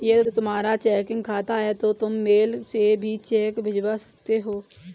यदि तुम्हारा चेकिंग खाता है तो तुम मेल से भी चेक भिजवा सकते हो